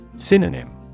Synonym